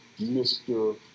Mr